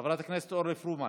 חברת הכנסת אורלי פרומן.